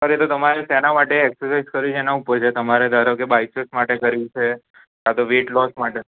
sir એ તો તમારે શેના માટે એક્સરસાઈઝ કરવી છે એના ઉપર છે તમારે ધારો કે બાયસેપ્સ માટે કરવી છે કાં તો વેટ લોસ માટે